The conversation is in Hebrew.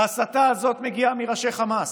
ההסתה הזאת מגיעה מראשי חמאס.